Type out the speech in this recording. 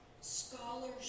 scholarship